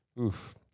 Oof